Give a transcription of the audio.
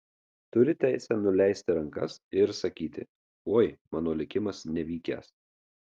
turi teisę nuleisti rankas ir sakyti oi mano likimas nevykęs